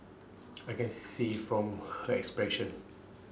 I can see from her expressions